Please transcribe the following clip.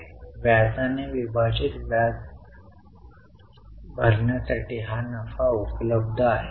हे ध्वनी व चांगल्या कार्यरत कंपनीचे प्रतिनिधित्व करते